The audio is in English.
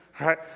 right